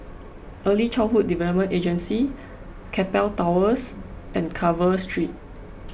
Early Childhood Development Agency Keppel Towers and Carver Street